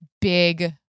big